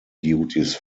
duties